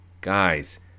Guys